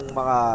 mga